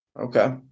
okay